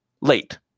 late